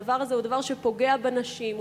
הדבר הזה פוגע בנשים,